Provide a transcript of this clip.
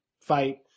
fight